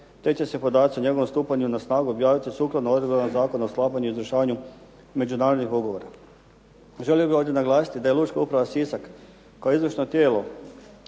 te će se podaci o njegovom stupanju na snagu objaviti sukladno odredbama Zakona o sklapanju i izvršavanju međunarodnih ugovora. Želio bih ovdje naglasiti da je Lučka uprava Sisak kao izvršno tijelo